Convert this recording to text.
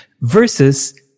versus